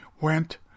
went